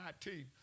19